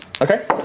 Okay